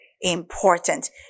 important